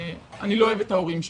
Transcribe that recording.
שאני לא אוהבת את ההורים שלי.